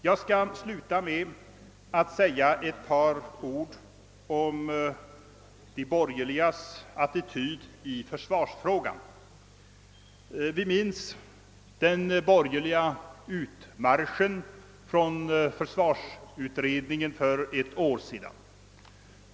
Jag skall avslutningsvis säga några ord om de borgerligas attityd i försvarsfrågan. Vi minns den borgerliga utmarschen från försvarsutredningen för ett år sedan.